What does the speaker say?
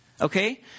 Okay